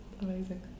Amazing